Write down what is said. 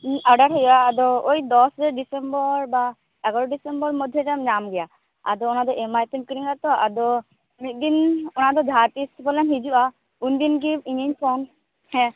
order ᱦᱳᱭᱳᱜᱼᱟ ᱟᱫᱚ ᱳᱭ ᱫᱚᱥ ᱰᱤᱥᱮᱢᱵᱚᱨ ᱵᱟ ᱮᱜᱟᱨᱚ ᱰᱤᱥᱮᱢᱵᱚᱨ ᱢᱚᱫᱫᱷᱮᱨᱮᱢ ᱧᱟᱢ ᱜᱮᱭᱟ ᱟᱫᱚ ᱚᱱᱟᱫᱚ ᱮᱢᱟᱭᱯᱮ ᱠᱤᱨᱤᱧᱟ ᱛᱚ ᱟᱫᱚ ᱢᱤᱫᱫᱤᱱ ᱚᱱᱟᱫᱚ ᱡᱟᱦᱟᱸ ᱛᱤᱥ ᱵᱚᱞᱮ ᱦᱤᱡᱩᱜᱼᱟ ᱩᱱᱫᱤᱱᱜᱤ ᱤᱧᱤᱧ ᱯᱷᱳᱱ